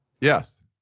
Yes